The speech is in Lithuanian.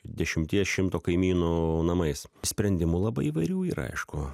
dešimties šimto kaimynų namais sprendimų labai įvairių yra aišku